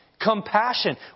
Compassion